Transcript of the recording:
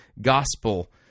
gospel